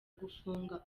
gufunga